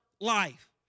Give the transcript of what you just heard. life